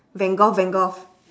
van gogh van gogh